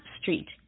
street